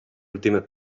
ultime